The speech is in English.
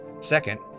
Second